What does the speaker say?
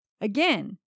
again